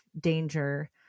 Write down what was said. danger